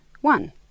one